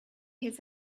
his